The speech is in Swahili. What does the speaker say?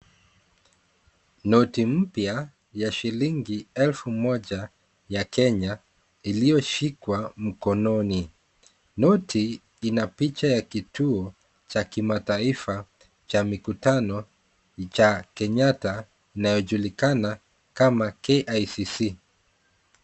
Noti mpya ya shilingi elfu moja ya Kenya iliyoshikwa mkononi. Noti ina picha ya kituo cha kimataifa cha mikutano cha Kenyatta inayojulikana kama KICC.